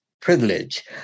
privilege